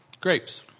Grapes